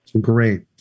Great